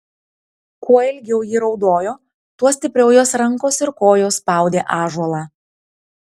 kuo ilgiau ji raudojo tuo stipriau jos rankos ir kojos spaudė ąžuolą